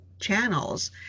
channels